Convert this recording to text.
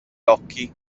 occhi